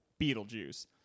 beetlejuice